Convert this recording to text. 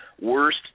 worst